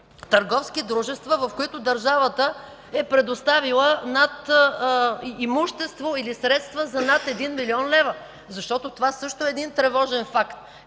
търговски дружества, в които държавата е предоставила имущество или средства за над 1 млн. лв.? Защото това също е един тревожен факт.